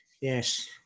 Yes